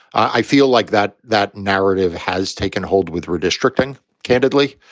i feel like that that narrative has taken hold with redistricting candidly,